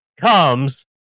comes